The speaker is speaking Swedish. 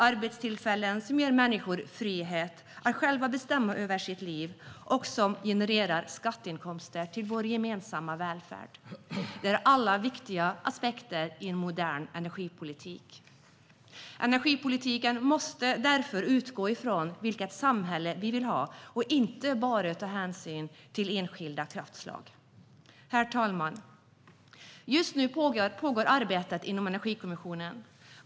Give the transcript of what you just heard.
Arbetstillfällen som ger människor frihet att själva bestämma över sina liv och som genererar skatteinkomster till vår gemensamma välfärd är viktiga i en modern energipolitik. Energipolitiken måste därför utgå från vilket samhälle vi vill ha och inte bara ta hänsyn till enskilda kraftslag. Herr talman! Just nu pågår ett arbete inom Energikommissionen.